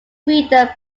freedom